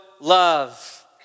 love